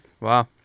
Wow